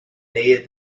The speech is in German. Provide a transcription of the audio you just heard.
nähe